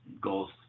goals